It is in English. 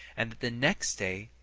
and that the next day,